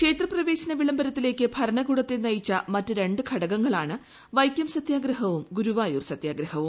ക്ഷേത്രപ്രവേശന വിളംബരത്തിലേക്ക് ഭരണകൂടത്തെ നയിച്ച മറ്റു രണ്ടു ഘടകങ്ങ്ളാണ് വൈക്കം സത്യാഗ്രഹവും ഗുരുവായൂർ സത്യാഗ്രഹവും